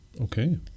Okay